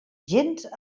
gens